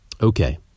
Okay